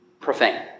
profane